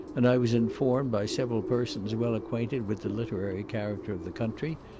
and i was informed by several persons well acquainted with the literary character of the country,